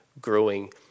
growing